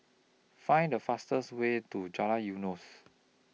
Find The fastest Way to Jalan Eunos